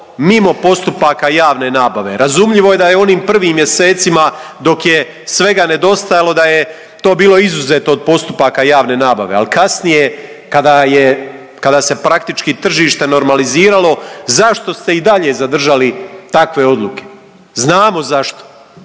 mimo postupaka javne nabave? Razumljivo je da je u onim prvim mjesecima dok je svega nedostajalo da je to bilo izuzeto od postupaka javne nabave, al kasnije kada je, kada se praktički tržište normaliziralo, zašto ste i dalje zadržali takve odluke. Znamo zašto,